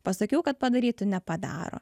pasakiau kad padarytų nepadaro